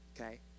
okay